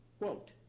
Quote